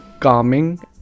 calming